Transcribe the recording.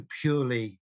purely